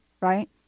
Right